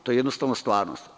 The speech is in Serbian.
To je jednostavno stvarnost.